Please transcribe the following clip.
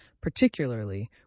particularly